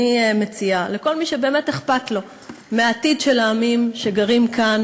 אני מציעה לכל מי שבאמת אכפת לו מהעתיד של העמים שגרים כאן,